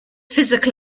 physical